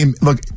Look